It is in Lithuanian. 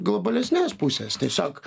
globalesnės pusės tiesiog